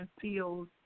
feels